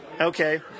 okay